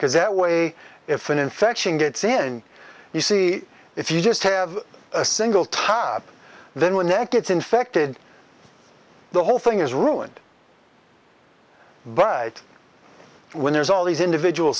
because that way if an infection gets in you see if you just have a single top then when neck gets infected the whole thing is ruined but when there's all these individual